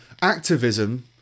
activism